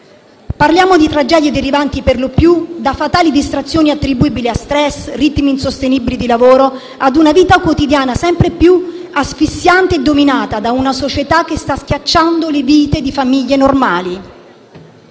Parliamo di tragedie derivanti per lo più da fatali distrazioni attribuibili allo *stress*, a ritmi insostenibili di lavoro, ad una vita quotidiana sempre più asfissiante e dominata da una società che sta schiacciando le vite di famiglie normali.